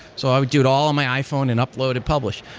so i would do it all in my iphone and upload and publish.